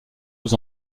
aux